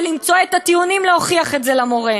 למצוא את הטיעונים להוכיח את זה למורה.